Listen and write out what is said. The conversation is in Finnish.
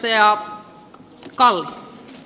arvoisa puhemies